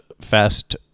fast